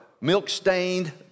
milk-stained